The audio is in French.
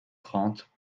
trente